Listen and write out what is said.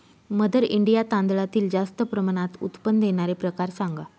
mother India तांदळातील जास्त प्रमाणात उत्पादन देणारे प्रकार सांगा